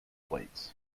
plates